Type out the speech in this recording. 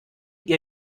ihr